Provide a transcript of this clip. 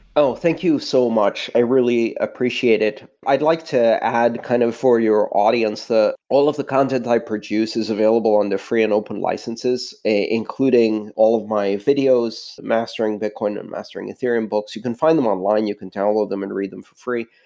oh, thank you so much. i really appreciate it. i'd like to add kind of for your audience that all of the content i produce is available on the free and open licenses, including all of my videos, mastering bitcoin and mastering ethereum books. you can find them online. you can download them and read them for free.